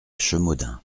chemaudin